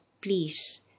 please